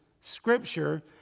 scripture